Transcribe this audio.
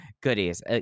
goodies